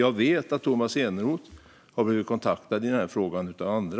Jag vet att Tomas Eneroth har blivit kontaktad i denna fråga också av andra.